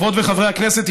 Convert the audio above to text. חברות וחברי הכנסת,